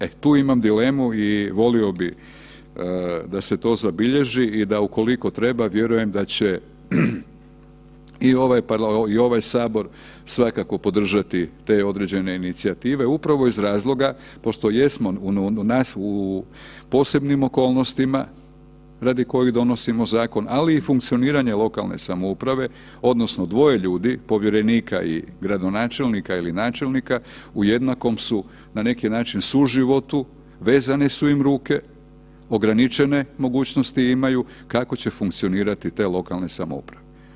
E, tu imam dilemu i volio bih da se to zabilježi i da, ukoliko treba, vjerujem da će i ovaj Sabor svakako podržati te određene inicijative upravo iz razloga pošto jesmo u posebnim okolnostima radi kojih donosimo zakon, ali i funkcioniranja lokalne samouprave, odnosno dvoje ljudi, povjerenika i gradonačelnika ili načelnika, u jednakom su, na neki način, suživotu, vezane su im ruke, ograničene mogućnosti imaju, kako će funkcionirati te lokalne samouprave.